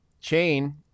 chain